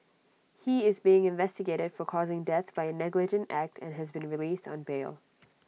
he is being investigated for causing death by A negligent act and has been released on bail